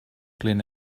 glyn